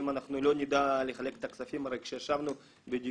אם אנחנו לא נדע לחלק את הכספים הרי כשישבנו בדיוני